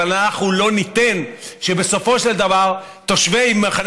אבל אנחנו לא ניתן שבסופו של דבר תושבי מחנה